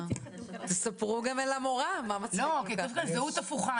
כי כתוב כאן זהות הפוכה.